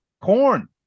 corn